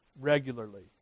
regularly